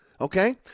okay